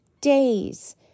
days